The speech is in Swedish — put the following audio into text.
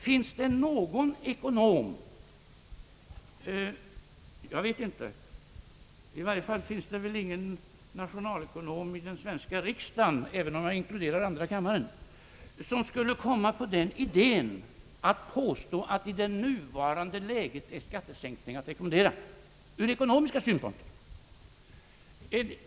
Finns det någon ekonom — i varje fall finns det väl ingen i den svenska riksdagen — som skulle kom ma på idén att påstå att i det nuvarande läget är skattesänkningar att rekommendera ur ekonomiska synpunkter?